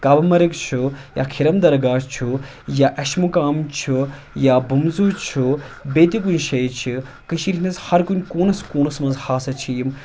کابہٕ مرٕگ چھُ یا کھِرَن درگاہ چھُ یا اَشمُقام چھُ یا بُمژوٗ چھُ بیٚیہِ تہِ کُنہِ جایہِ چھِ کٔشیٖرِ ہِندِس ہَر کُنہِ کوٗنَس کوٗنَس منٛز ہسا چھِ یِم